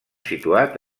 situat